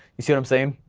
you see what i'm saying,